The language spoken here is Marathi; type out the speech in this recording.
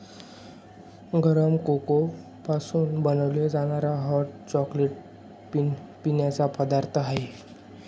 गरम कोको पासून बनवला जाणारा हॉट चॉकलेट पिण्याचा पदार्थ आहे